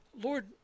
Lord